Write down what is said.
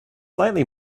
faintly